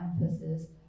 emphasis